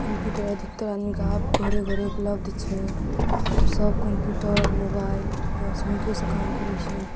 computer अधिकतर आदमीके आब घरे घरे उपलब्ध छै सब कम्प्यूटर मोबाइल बस हुनकेसँ काम करै छै